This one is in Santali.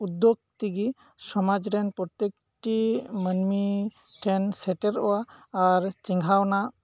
ᱩᱫᱽᱫᱳᱜᱽ ᱛᱮᱜᱮ ᱥᱚᱢᱟᱡᱽ ᱨᱮᱱ ᱯᱨᱚᱛᱛᱮᱠ ᱴᱤ ᱢᱟᱹᱱᱢᱤ ᱴᱷᱮᱱ ᱥᱮᱴᱮᱨᱚᱜᱼᱟ ᱟᱨ ᱪᱮᱸᱜᱷᱟᱣᱱᱟ